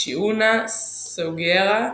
צ'יאונה סוגיהארה,